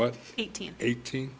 what eighteen eighteen